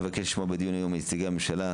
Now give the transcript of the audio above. נבקש פה בדיון מנציגי הממשלה,